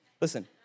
listen